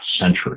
century